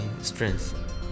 strength